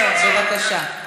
בבקשה.